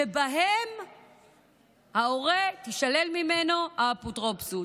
שבהם ההורה, תישלל ממנו האפוטרופסות.